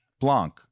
Blanc